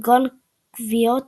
כגון קביעת